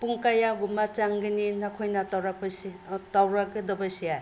ꯄꯨꯡ ꯀꯌꯥꯒꯨꯝꯕ ꯆꯪꯒꯅꯤ ꯅꯈꯣꯏꯅ ꯇꯧꯔꯛꯀꯗꯕꯁꯦ